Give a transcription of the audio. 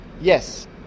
Yes